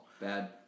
Bad